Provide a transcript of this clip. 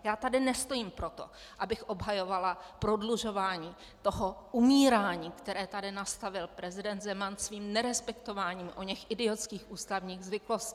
Já tady nestojím proto, abych obhajovala prodlužování toho umírání, které tady nastavil prezident Zeman svým nerespektováním oněch idiotských ústavních zvyklostí.